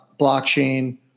blockchain